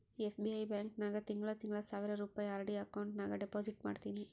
SBI bank ನಾಗ್ ತಿಂಗಳಾ ತಿಂಗಳಾ ಸಾವಿರ್ ರುಪಾಯಿ ಆರ್.ಡಿ ಅಕೌಂಟ್ ನಾಗ್ ಡೆಪೋಸಿಟ್ ಮಾಡ್ತೀನಿ